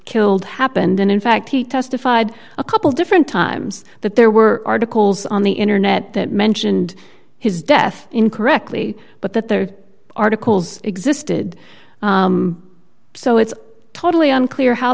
killed happened and in fact he testified a couple different times that there were articles on the internet that mentioned his death incorrectly but that their articles existed so it's totally unclear how